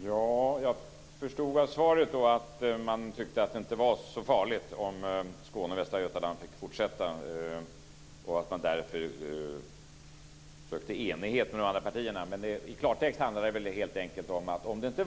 Fru talman! Jag förstod av svaret att man inte tyckte att det inte skulle vara så farligt att låta Skåne och Västra Götaland få fortsätta och att man därför sökte enighet med de andra partierna. Men i klartext handlar det väl helt enkelt om att om inte